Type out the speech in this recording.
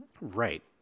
Right